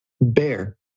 Bear